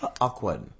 awkward